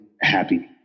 happy